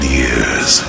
years